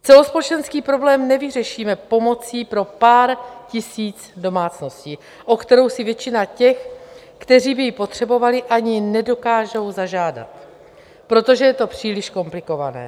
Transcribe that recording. Celospolečenský problém nevyřešíme pomocí pro pár tisíc domácností, o kterou si většina těch, kteří by ji potřebovali, ani nedokážou zažádat, protože je to příliš komplikované.